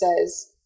says